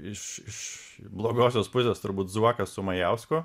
iš iš blogosios pusės turbūt zuokas su majausku